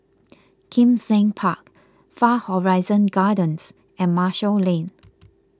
Kim Seng Park Far Horizon Gardens and Marshall Lane